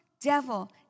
devil